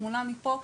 תמונה מפה,